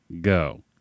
go